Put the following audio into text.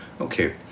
Okay